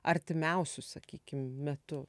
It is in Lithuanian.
artimiausiu sakykim metu